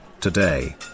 today